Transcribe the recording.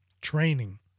Training